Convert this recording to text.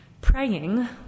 praying